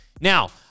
Now